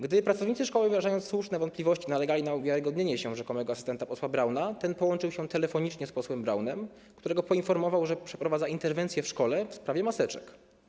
Gdy pracownicy szkoły, wyrażając słuszne wątpliwości, nalegali na uwiarygodnienie się rzekomego asystenta posła Brauna, ten połączył się telefonicznie z posłem Braunem, którego poinformował, że przeprowadza interwencję w szkole w sprawie maseczek.